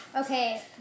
Okay